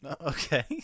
Okay